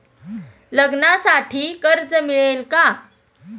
लग्नासाठी कर्ज मिळेल का?